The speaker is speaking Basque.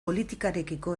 politikarekiko